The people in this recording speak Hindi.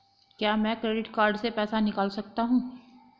क्या मैं क्रेडिट कार्ड से पैसे निकाल सकता हूँ?